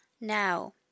now